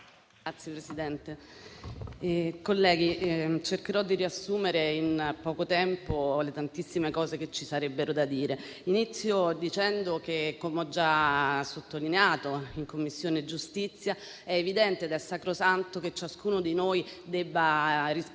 Signor Presidente, colleghi, cercherò di riassumere in poco tempo le tantissime cose che ci sarebbero da dire. Inizio dicendo che, come ho già sottolineato in Commissione giustizia, è evidente e sacrosanto che ciascuno di noi debba rispondere